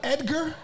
Edgar